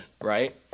right